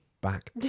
back